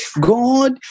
God